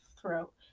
throat